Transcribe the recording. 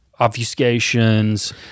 obfuscations